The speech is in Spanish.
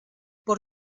por